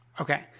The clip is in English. Okay